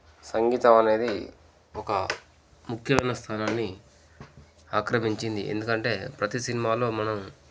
సంగీతం అనేది ఒక ముఖ్యమైన స్థానాన్ని ఆక్రమించింది ఎందుకంటే ప్రతీ సినిమాలో మనం